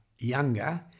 younger